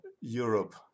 Europe